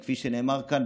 כי כפי שנאמר כאן,